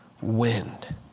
wind